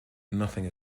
nothing